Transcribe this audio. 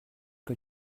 que